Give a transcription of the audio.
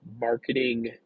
marketing